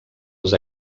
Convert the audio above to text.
els